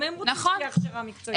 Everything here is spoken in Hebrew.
גם הם רוצים שתהיה הכשרה מקצועית.